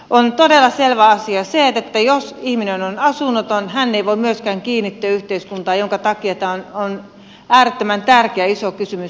on todella selvä asia se että jos ihminen on asunnoton hän ei voi myöskään kiinnittyä yhteiskuntaan minkä takia tämä on äärettömän tärkeä iso kysymys